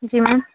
जी ma'am